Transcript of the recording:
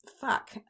fuck